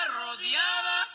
rodeada